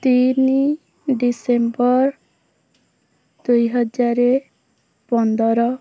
ତିନି ଡିସେମ୍ବର ଦୁଇହଜାର ପନ୍ଦର